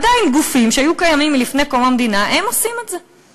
עדיין גופים שהיו קיימים עוד לפני קום המדינה עושים את זה.